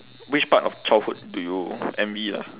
which part of childhood do you envy lah